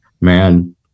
man